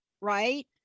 right